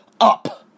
up